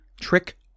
trick